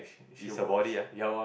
is her body ah